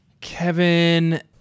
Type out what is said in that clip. Kevin